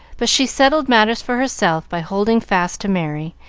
but she settled matters for herself by holding fast to merry,